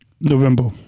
November